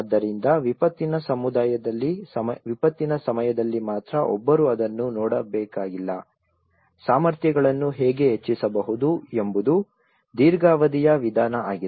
ಆದ್ದರಿಂದ ವಿಪತ್ತಿನ ಸಮಯದಲ್ಲಿ ಮಾತ್ರ ಒಬ್ಬರು ಅದನ್ನು ನೋಡಬೇಕಾಗಿಲ್ಲ ಸಾಮರ್ಥ್ಯಗಳನ್ನು ಹೇಗೆ ಹೆಚ್ಚಿಸಬಹುದು ಎಂಬುದು ದೀರ್ಘಾವಧಿಯ ವಿಧಾನ ಆಗಿದೆ